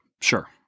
Sure